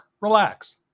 relax